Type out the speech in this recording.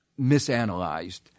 misanalyzed